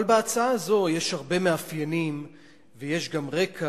אבל בהצעה הזאת יש הרבה מאפיינים ויש גם רקע